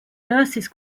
nurses